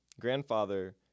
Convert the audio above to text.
grandfather